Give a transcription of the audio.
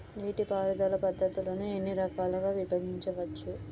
నీటిపారుదల పద్ధతులను ఎన్ని రకాలుగా విభజించవచ్చు?